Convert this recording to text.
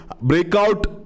breakout